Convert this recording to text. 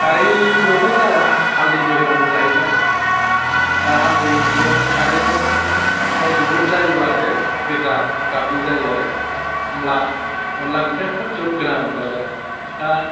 खारैल'थ' जाया हालदैबो होनांगौ जाहैबाय दा हालदैजों खारैजों मजबुथ जायोब्लासो गोजा गाबनि जायो आरो होमब्ला अनला ओंख्रिया खोब जुथ गोनां जाबाय आरो दा